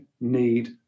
need